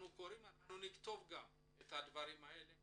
אנחנו נכתוב את הדברים האלה